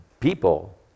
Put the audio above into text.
People